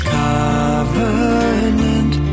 covenant